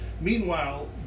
Meanwhile